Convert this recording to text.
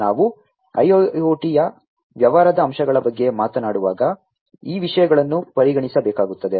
ನಾವು IIoT ಯ ವ್ಯವಹಾರ ಅಂಶಗಳ ಬಗ್ಗೆ ಮಾತನಾಡುವಾಗ ಈ ವಿಷಯಗಳನ್ನು ಪರಿಗಣಿಸಬೇಕಾಗುತ್ತದೆ